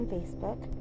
Facebook